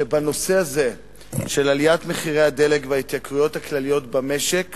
שבנושא הזה של עליית מחירי הדלק וההתייקרויות הכלליות במשק